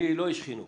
אני לא איש חינוך.